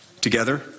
Together